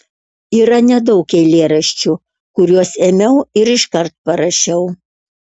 yra nedaug eilėraščių kuriuos ėmiau ir iškart parašiau